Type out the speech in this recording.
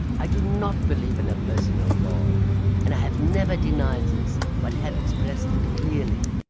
i do not believe in a personal god and i have never denied this but have expressed it clearly.